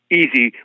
easy